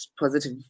positive